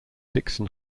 dixon